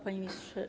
Panie Ministrze!